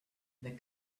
the